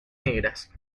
negras